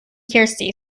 kirsty